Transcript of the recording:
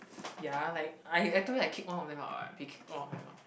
ya like I I told you I kicked one of them out [what] we kicked one of them out